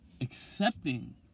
accepting